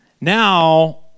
Now